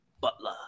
Butler